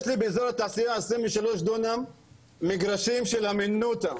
יש לי באזור התעשייה 23 דונם מגרשים של הימנותא,